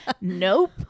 Nope